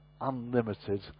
unlimited